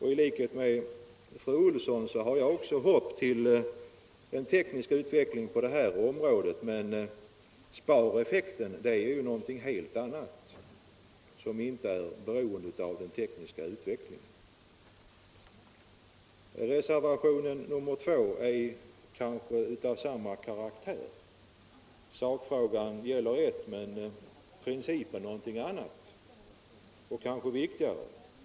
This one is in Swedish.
I likhet med fru Olsson i Hölö hyser jag förhoppningar om den tekniska utvecklingen på området, men spareffekten är ju någonting helt annat, som inte är beroende av den tekniska utvecklingen. Reservationen 2 är kanske av samma karaktär — sakfrågan gäller ett men principen någonting annat och kanske viktigare.